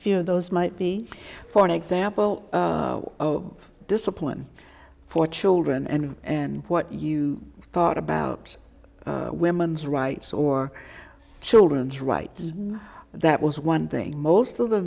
of those might be for an example of discipline for children and and what you thought about women's rights or children's rights that was one thing most of the